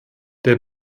der